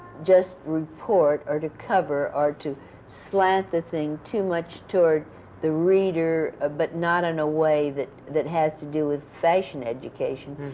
just report or to cover or to slant the thing too much toward the reader, ah but not in a way that that has to do with fashion education,